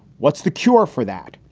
what's the cure for that?